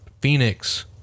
Phoenix